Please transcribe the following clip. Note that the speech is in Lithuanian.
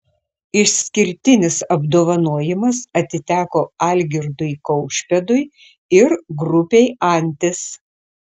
išskirtinis apdovanojimas atiteko algirdui kaušpėdui ir grupei antis